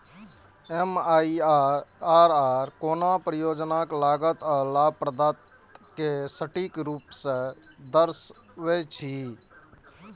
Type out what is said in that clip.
MIRR कोनो परियोजनाक लागत आ लाभप्रदता कें सटीक रूप सं दर्शाबै छै